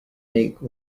make